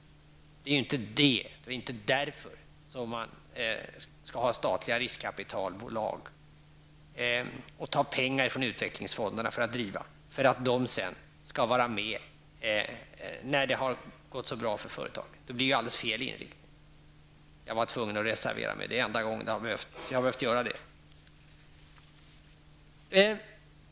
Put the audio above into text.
Man skall ju inte ha statliga riskkapitalbolag och ta pengar från utvecklingsfonderna för att driva riskkapitalbolagen för att de sedan skall vara med när det har gått så bra för företaget. Det blir då alldeles fel inriktning. Jag var därför tvungen att reservera mig. Det var enda gången jag har behövt göra det.